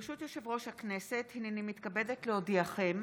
ברשות יושב-ראש הכנסת, הינני מתכבדת להודיעכם,